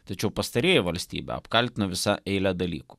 tačiau pastarieji valstybę apkaltino visą eilę dalykų